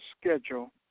schedule